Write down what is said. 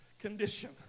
condition